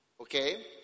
okay